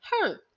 hurt